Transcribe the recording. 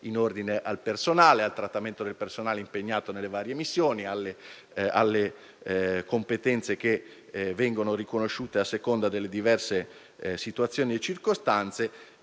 in ordine al trattamento del personale impegnato nelle varie missioni ed alle competenze che vengono riconosciute a seconda delle diverse situazioni e circostanze.